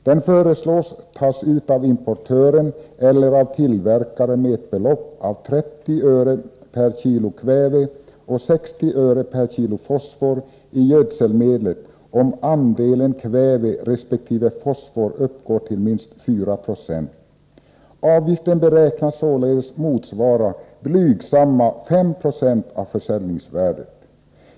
Den föreslås tas ut av importören eller av tillverkaren med ett belopp av 30 öre per kg kväve och 60 öre per kg fosfor i gödselmedlet, om andelen kväve resp. fosfor uppgår till minst 4 76. Avgiften beräknas således motsvara blygsamma 5 96 av försäljningsvärdet.